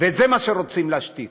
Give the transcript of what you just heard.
וזה מה שרוצים להשתיק.